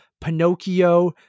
Pinocchio